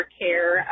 care